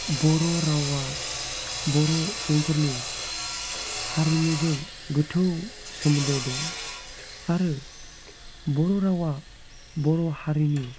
बर' रावा बर' सुबुंफोरनि हारिमुजों गोथौ सोमोन्दो दं आरो बर' रावा बर' हरिनि